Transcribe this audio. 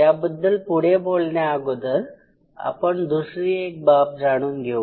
याबद्दल पुढे बोलण्याअगोदर आपण दुसरी एक बाब जाणून घेऊ